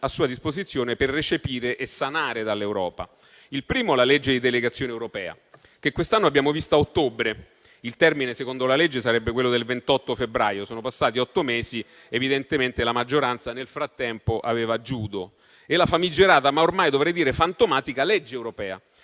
a disposizione per recepire e sanare dall'Europa. Il primo è la legge di delegazione europea, che quest'anno abbiamo visto a ottobre. Il termine, secondo la legge, sarebbe il 28 febbraio. Sono passati otto mesi, ma evidentemente la maggioranza, nel frattempo, aveva judo*.* C'è poi la famigerata, ma ormai dovrei dire fantomatica, legge europea,